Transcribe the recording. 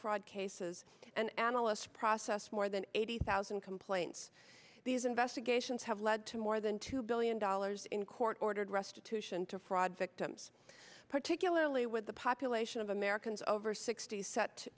fraud cases and analysts processed more than eighty thousand complaints these investigations have led to more than two billion dollars in court ordered restitution to fraud victims particularly with the population of americans over sixty